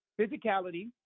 physicality